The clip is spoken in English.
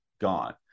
gone